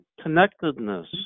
connectedness